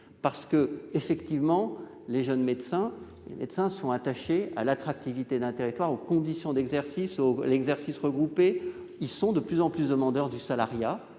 qu'ils fonctionnent. Les jeunes médecins sont attachés à l'attractivité d'un territoire et aux conditions d'exercice, notamment à l'exercice regroupé. Ils sont de plus en plus demandeurs du salariat,